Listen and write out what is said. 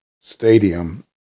stadium